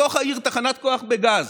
בתוך העיר יש תחנת כוח בגז,